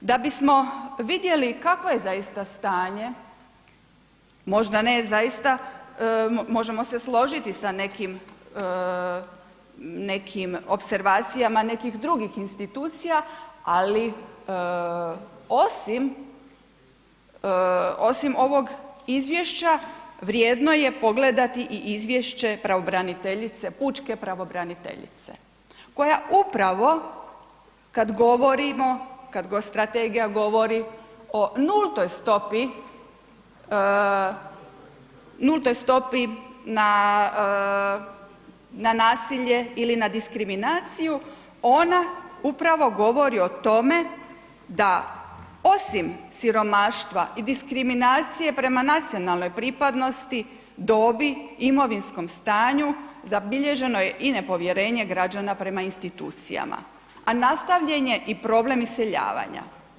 Da bismo vidjeli kako je zaista stanje, možda ne zaista, možemo se složiti sa nekim opservacijama nekih drugih institucija, ali osim, osim ovog izvješća vrijedno je pogledati i izvješće pravobraniteljice, pučke pravobraniteljice koja upravo kad govorimo, kad strategija govori o nultoj stopi, nultoj stopi na nasilje ili na diskriminaciju ona upravo govori o tome da osim siromaštva i diskriminacije prema nacionalnoj pripadnosti, dobi, imovinskom stanju zabilježeno je i nepovjerenje građana prema institucijama, a nastavljen je i problem iseljavanja.